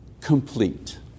complete